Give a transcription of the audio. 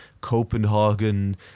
Copenhagen